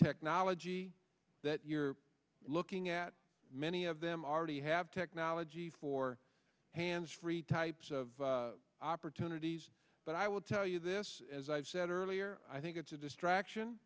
technology that you're looking at many of them are ready you have technology for hands free types of opportunities but i will tell you this as i've said earlier i think it's a distraction